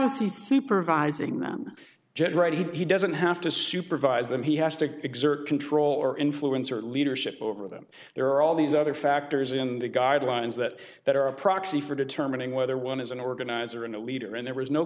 is he supervising them just right he doesn't have to supervise them he has to exert control or influence or leadership over them there are all these other factors in the guidelines that that are a proxy for determining whether one is an organizer and a leader and there was no